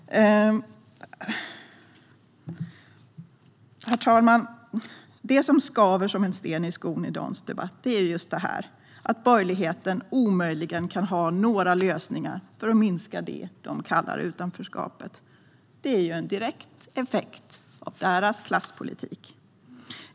Herr talman! Det som skaver som en sten i skon i dagens debatt är just detta: att borgerligheten omöjligen kan ha några lösningar för att minska det de kallar utanförskapet. Det är ju en direkt effekt av deras klasspolitik.